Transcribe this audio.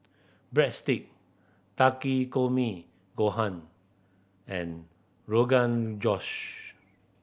Breadstick Takikomi Gohan and Rogan Josh